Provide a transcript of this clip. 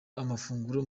amafunguro